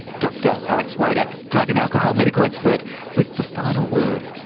dr alex wodak, drug and alcohol medical expert with the final word.